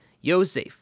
Yosef